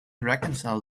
reconcile